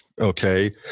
Okay